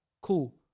cool